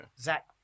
Zach